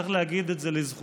צריך להגיד את זה לזכותו,